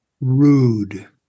rude